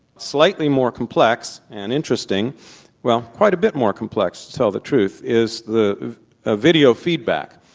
slightly more complex and interesting well quite a bit more complex to tell the truth is the ah video feedback,